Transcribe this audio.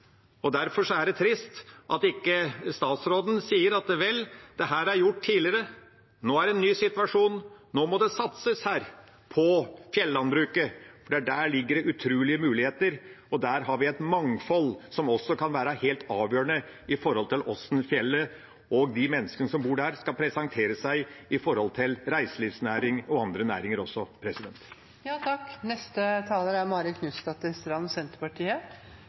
det trist at statsråden ikke sier: Vel, dette er gjort tidligere, men nå er det en ny situasjon, nå må det satses på fjellandbruket, for der ligger det utrolige muligheter. Der har vi et mangfold som kan være helt avgjørende for hvordan fjellet og menneskene som bor der, skal presentere seg for reiselivsnæring og andre næringer.